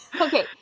Okay